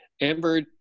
Amber